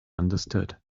understood